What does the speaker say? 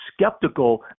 skeptical